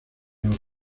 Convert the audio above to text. obras